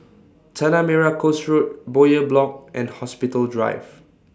Tanah Merah Coast Road Bowyer Block and Hospital Drive